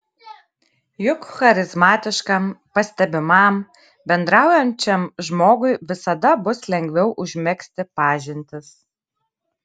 juk charizmatiškam pastebimam bendraujančiam žmogui visada bus lengviau užmegzti pažintis